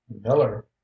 Miller